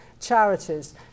Charities